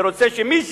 ואני רוצה שמישהו,